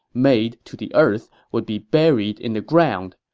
made to the earth, would be buried in the ground.